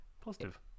positive